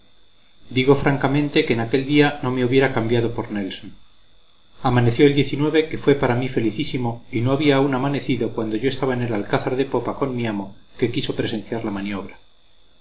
digo francamente que en aquel día no me hubiera cambiado por nelson amaneció el que fue para mí felicísimo y no había aún amanecido cuando yo estaba en el alcázar de popa con mi amo que quiso presenciar la maniobra